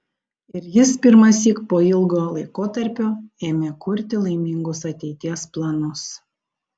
ir jis pirmąsyk po ilgo laikotarpio ėmė kurti laimingus ateities planus